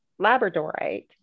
labradorite